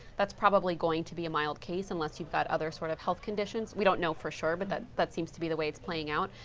that's probably going to be a mailed case unless you've got other sort of health conditions. we don't know for sure, but that that seems to be the way it's playing out.